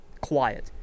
Quiet